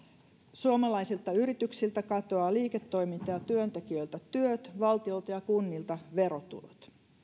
suomalaisilta yrityksiltä katoaa liiketoiminta ja työntekijöiltä työt valtiolta ja kunnilta verotulot